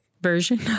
Version